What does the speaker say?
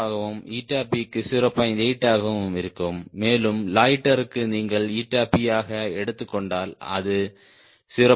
8 ஆகவும் இருக்கும் மேலும் லொய்ட்டருக்கு நீங்கள் P ஆக எடுத்துக் கொண்டால் அது 0